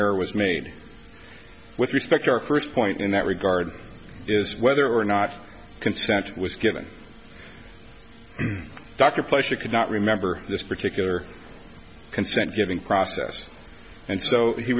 error was made with respect our first point in that regard is whether or not consent was given dr pleasure could not remember this particular consent giving process and so he